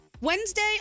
Wednesday